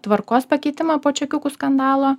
tvarkos pakeitimą po čekiukų skandalo